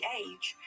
age